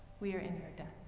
we are in your debt.